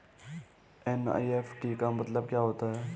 NEFT का मतलब क्या होता है?